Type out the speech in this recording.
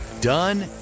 done